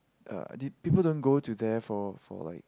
uh the people don't go to there for for like